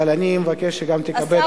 אבל אני מבקש שגם תכבד אותי פה.